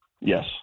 Yes